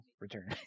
return